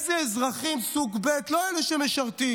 איזה אזרחים סוג ב' לא אלה שמשרתים,